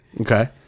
Okay